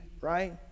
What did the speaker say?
right